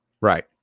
Right